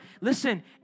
Listen